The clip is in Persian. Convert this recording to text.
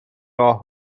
راه